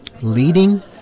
Leading